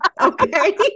okay